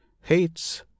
hates